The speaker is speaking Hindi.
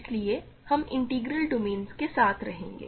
इसलिए हम इंटीग्रल डोमेन के साथ रहेंगे